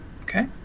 Okay